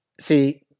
see